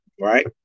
Right